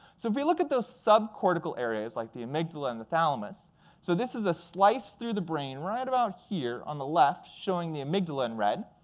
so if we look at those subcortical areas, like the amygdala and the thalamus so this is a slice through the brain right about here on the left showing the amygdala in red.